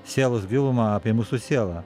sielos gilumą apie mūsų sielą